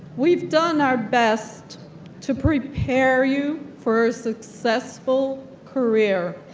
we've done our best to prepare you for a successful career,